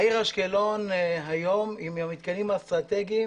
העיר אשקלון היום היא עם המתקנים האסטרטגיים